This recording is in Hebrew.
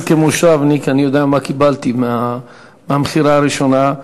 אני כמושבניק יודע מה קיבלתי מהמכירה הראשונה,